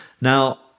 Now